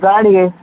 ಗಾಡಿಗೆ